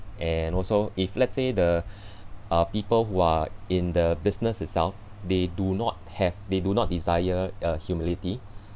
and also if let's say the uh people who are in the business itself they do not have they do not desire uh humility